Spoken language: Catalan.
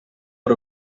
per